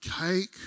cake